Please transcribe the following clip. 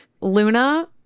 luna